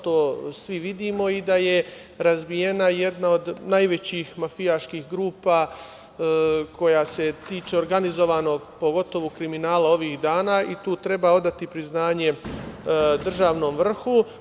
To svi vidimo i da je razbijena jedna od najvećih mafijaških grupa koja se tiče organizovanog pogotovo kriminala ovih dana i tu treba odati priznanje državnom vrhu.